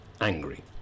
angry